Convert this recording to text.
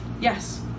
Yes